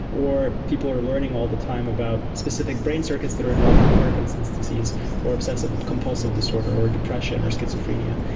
or people are learning all the time about specific brain circuits that are involved in parkinson's disease or obsessive compulsive disorder or depression or schizophrenia.